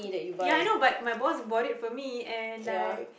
ya I know but my boss bought it for me and like